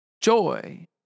joy